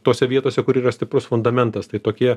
tose vietose kur yra stiprus fundamentas tai tokie